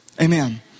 Amen